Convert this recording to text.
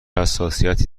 حساسیتی